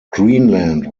greenland